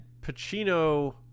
Pacino